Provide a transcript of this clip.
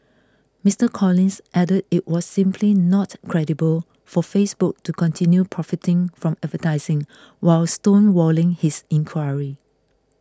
Mister Collins added it was simply not credible for Facebook to continue profiting from advertising while stonewalling his inquiry